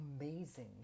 amazing